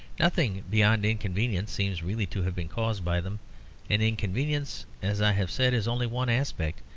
nothing beyond inconvenience seems really to have been caused by them and inconvenience, as i have said, is only one aspect,